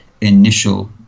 initial